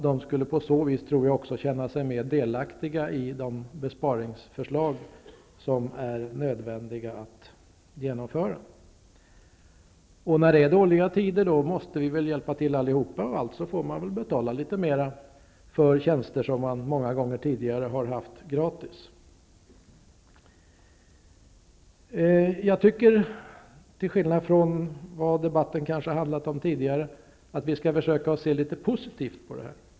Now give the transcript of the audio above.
De skulle också på så vis kunna känna sig mer delaktiga i de besparingsförslag som är nödvändiga att genomföra. När det är dåliga tider måste vi alla hjälpa till. Alltså får man betala litet mer för tjänster som man många gånger tidigare fått gratis. Till skillnad från vad debatten har handlat om tidigare, tycker jag att vi skall försöka se litet positivt på detta.